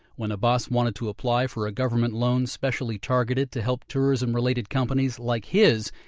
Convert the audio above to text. when abass wanted to apply for a government loan specially targeted to help tourism-related companies like his,